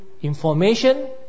information